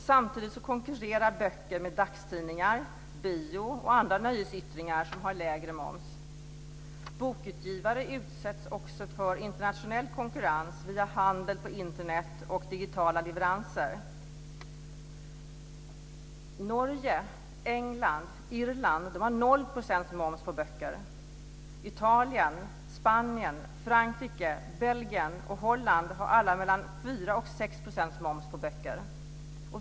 Samtidigt konkurrerar böcker med dagstidningar, bio och andra nöjesyttringar som har lägre moms. Bokutgivare utsätts också för internationell konkurrens via handel på Internet och digitala leveranser. Norge, England och Irland har noll procents moms på böcker. Italien, Spanien, Frankrike, Belgien och Holland har alla mellan 4 och 6 % moms på böcker.